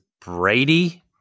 Brady